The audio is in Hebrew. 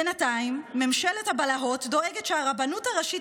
בינתיים ממשלת הבלהות דואגת שהרבנות הראשית